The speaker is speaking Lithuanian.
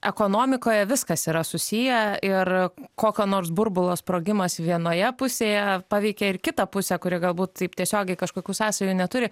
ekonomikoje viskas yra susiję ir kokio nors burbulo sprogimas vienoje pusėje paveikia ir kitą pusę kuri galbūt taip tiesiogiai kažkokių sąsajų neturi